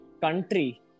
country